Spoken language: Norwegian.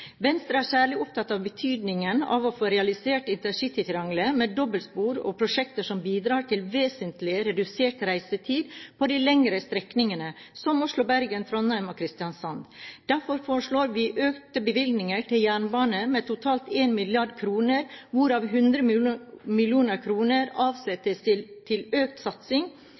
Venstre er særlig opptatt av betydningen av å få realisert intercitytriangelet med dobbeltspor og prosjekter som bidrar til vesentlig redusert reisetid på de lengre strekningene som Oslo–Bergen/Trondheim/Kristiansand. Derfor foreslår vi økte bevilgninger til jernbanen med totalt 1 mrd. kr, hvorav 100 mill. kr avsettes til økt innsats til